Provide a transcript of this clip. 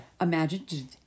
imagine